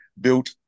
built